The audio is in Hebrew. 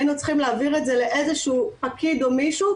היינו צריכים להעביר את זה לפקיד או מישהו,